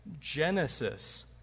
genesis